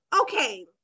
Okay